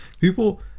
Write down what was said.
People